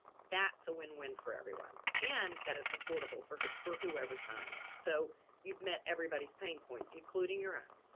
that's a win win for everyone and that it's affordable for her for whoever's buying it. so you've met everybody's pain point, including your own.